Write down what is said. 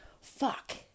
fuck